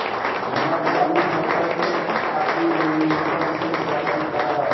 हमार चालू खाता के खातिर न्यूनतम शेष राशि का बा?